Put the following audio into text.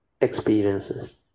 experiences